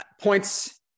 points